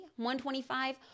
125